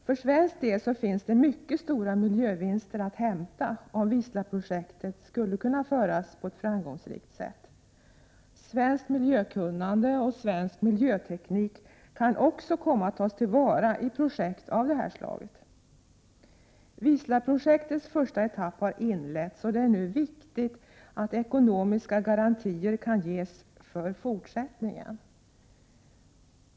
För svensk del finns det mycket stora miljövinster att hämta om Wisla-projektet skulle kunna drivas på ett framgångsrikt sätt. Svenskt miljökunnande och svensk miljöteknik kan också komma att tas till vara i projekt av detta slag. Wisla-projektets första etapp har inletts, och det är nu viktigt att ekonomiska garantier kan ges för fortsättningen.